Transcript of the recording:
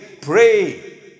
pray